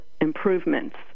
improvements